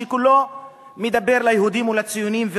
שכולו מדבר ליהודים ולציונים,